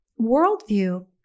worldview